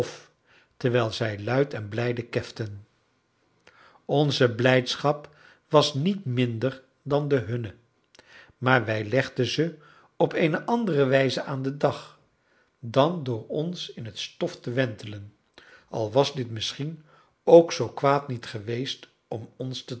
terwijl zij luid en blijde keften onze blijdschap was niet minder dan de hunne maar wij legden ze op eene andere wijze aan den dag dan door ons in het stof te wentelen al was dit misschien ook zoo kwaad niet geweest om ons te